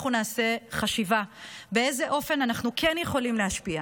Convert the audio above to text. אנחנו נעשה חשיבה באיזה אופן אנחנו כן יכולים להשפיע.